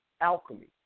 alchemy